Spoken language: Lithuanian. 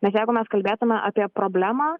nes jeigu mes kalbėtumėme apie problemą